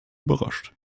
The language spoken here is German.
überrascht